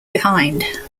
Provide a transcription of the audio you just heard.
behind